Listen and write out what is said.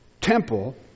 temple